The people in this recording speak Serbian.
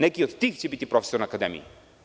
Neki od tih će biti profesori na akademiji?